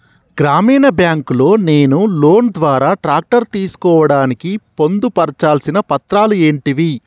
గ్రామీణ బ్యాంక్ లో నేను లోన్ ద్వారా ట్రాక్టర్ తీసుకోవడానికి పొందు పర్చాల్సిన పత్రాలు ఏంటివి?